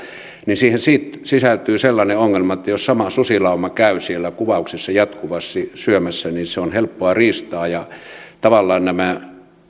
niin siihen sisältyy sellainen ongelma että jos sama susilauma käy siellä kuvauksessa jatkuvasti syömässä niin se on helppoa riistaa tavallaan nämä